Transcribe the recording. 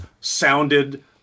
sounded